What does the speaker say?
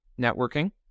networking